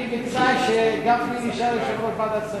בתנאי שגפני יישאר יושב-ראש ועדת הכספים.